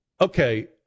okay